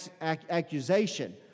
accusation